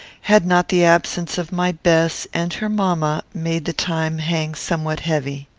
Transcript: had not the absence of my bess, and her mamma, made the time hang somewhat heavy.